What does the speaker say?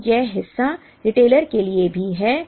तो यह हिस्सा रिटेलर के लिए भी है